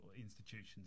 institutions